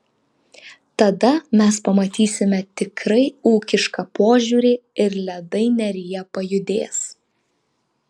tada mes pamatysime tikrai ūkišką požiūrį ir ledai neryje pajudės